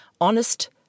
honest